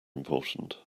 important